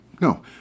No